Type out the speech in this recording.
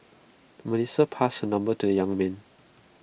Melissa passed her number to the young man